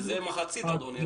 זה מחצית, אדוני.